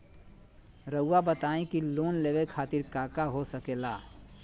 रउआ बताई की लोन लेवे खातिर काका हो सके ला?